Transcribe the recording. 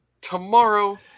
Tomorrow